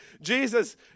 Jesus